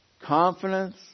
confidence